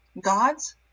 Gods